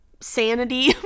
Sanity